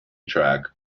track